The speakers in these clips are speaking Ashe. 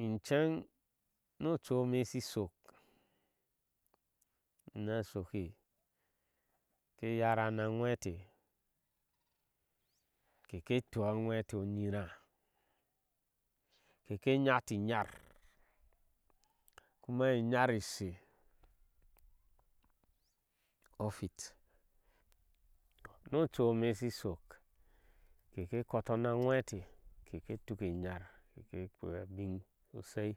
I cheŋ ni ochu eme ishi inshok ina shoki ke yara na ŋweteh keketua a jweteh onyira keke nyatinyar kuma iyar ishe nu ochu eme shin shok keke koto ni ajwete keke tuki nyar keke abiŋ sosai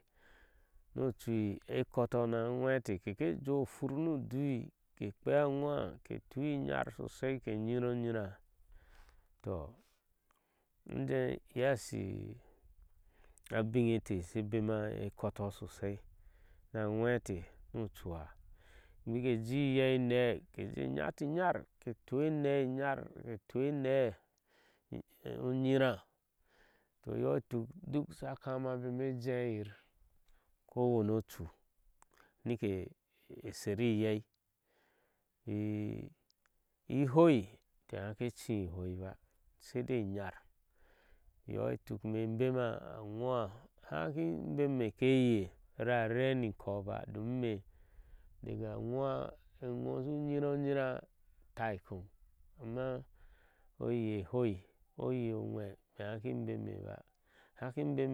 keke koto ni ajwe eteh keke jɛɛ o hwur nu udui ke kpea a hwah ke tui inyar sosai ke nyiro-oryira toh ujeh iye ashi abiŋe eteh kebema ekoto sosai nike koto ni a jweteh, bike jeeh iyeieneh-keje nyatinyar kejeh tuu eneh onyira toh inyo itue akama ebeme a jeeyir kowani ochu nike seri yhei. ihoi. ke hake chiyi i hoi ba sadai i nyar iyo itune ime imbemi aŋwa ihaki bemime keye are erniko ba, domin imre dege a ŋwa eŋo ushu nyiri o nyirah tai kam ama oye ehoi oye onwe ime inhaki bemime ba.